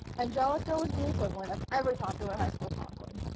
angelica was the equivalent of every popular high school prom queen.